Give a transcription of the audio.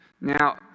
Now